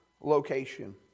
location